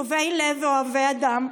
טובי לב ואוהבי אדם.